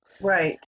Right